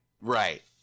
right